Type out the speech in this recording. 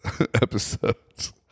episodes